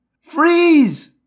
Freeze